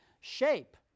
shape